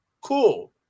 Cool